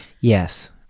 Yes